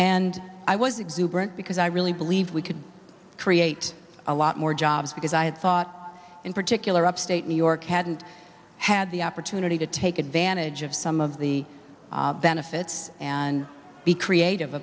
exuberant because i really believe we could create a lot more jobs because i had thought in particular upstate new york hadn't had the opportunity to take advantage of some of the benefits and be creative